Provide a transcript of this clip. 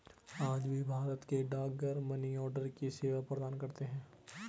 आज भी भारत के डाकघर मनीआर्डर की सेवा प्रदान करते है